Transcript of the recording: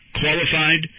qualified